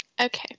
Okay